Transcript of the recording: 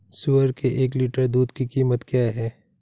सुअर के एक लीटर दूध की कीमत क्या है?